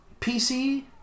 PC